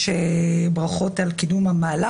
רגע, מה עם הכסף שמוצא על תעמולה?